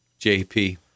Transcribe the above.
JP